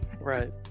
Right